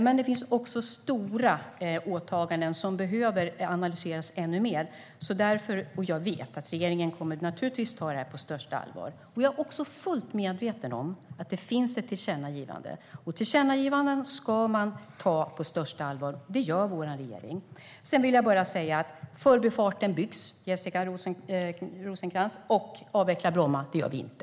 Men det finns också stora åtaganden som behöver analyseras ännu mer, och jag vet att regeringen naturligtvis kommer att ta det här på största allvar. Jag är också fullt medveten om att det finns ett tillkännagivande. Tillkännagivanden ska man ta på största allvar. Det gör vår regering. Sedan vill jag bara säga till Jessica Rosencrantz att Förbifarten byggs, och avvecklar Bromma, det gör vi inte.